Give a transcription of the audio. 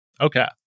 okay